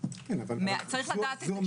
יש לדעת את זה.